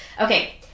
Okay